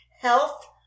health